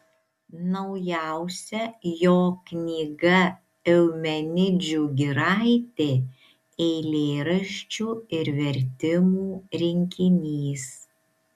naujausia jo knyga eumenidžių giraitė eilėraščių ir vertimų rinkinys